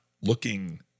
looking